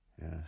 Yes